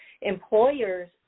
employers